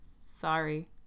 Sorry